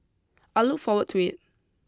I look forward to it